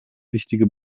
wichtige